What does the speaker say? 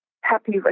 happy